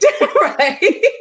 right